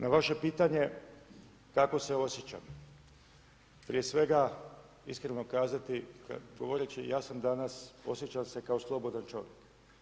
Na vaše pitanje kako se osjećam, prije svega, iskreno kazati, govoreći, ja sam danas, osjećam se kao slobodan čovjek.